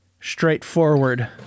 straightforward